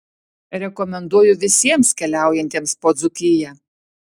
rekomenduoju visiems keliaujantiems po dzūkiją